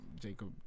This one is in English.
Jacob